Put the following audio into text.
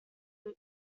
this